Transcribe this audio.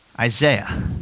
Isaiah